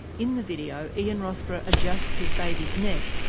in the video, ian rossborough adjusts his baby's neck,